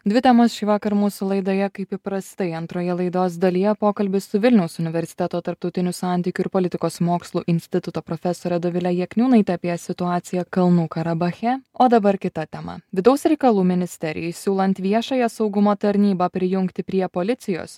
dvi temos šįvakar mūsų laidoje kaip įprastai antroje laidos dalyje pokalbis su vilniaus universiteto tarptautinių santykių ir politikos mokslų instituto profesore dovile jakniūnaite apie situaciją kalnų karabache o dabar kita tema vidaus reikalų ministerijai siūlant viešąją saugumo tarnybą prijungti prie policijos